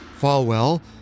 Falwell